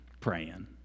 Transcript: Praying